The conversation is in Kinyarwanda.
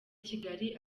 kigali